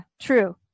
true